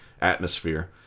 atmosphere